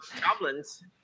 goblins